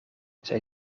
zij